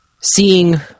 Seeing